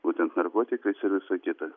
būtent narkotikais ir visa kita